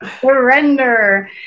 Surrender